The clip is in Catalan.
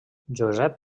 josep